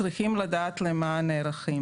צריכים לדעת למה נערכים,